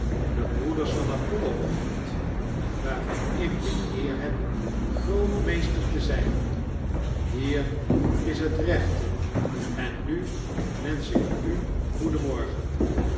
de broeders van apollo genoemd waarvan ik de eer heb grootmeester te zijn hier is het rechte en nu wensch ik u goeden